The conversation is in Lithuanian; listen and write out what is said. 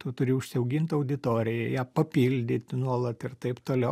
tu turi užsiaugint auditoriją ją papildyt nuolat ir taip toliau